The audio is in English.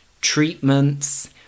treatments